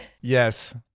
yes